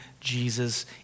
Jesus